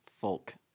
folk